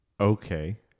okay